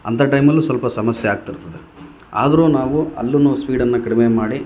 ಅಂತ ಟೈಮಲ್ಲು ಸ್ವಲ್ಪ ಸಮಸ್ಯೆ ಆಗ್ತಿರ್ತದೆ ಆದರೂ ನಾವು ಅಲ್ಲು ಸ್ಪೀಡನ್ನು ಕಡಿಮೆ ಮಾಡಿ